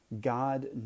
God